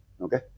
Okay